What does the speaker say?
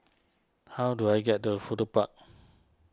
how do I get to Fudu Park